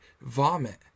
vomit